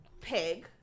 pig